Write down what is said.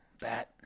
bat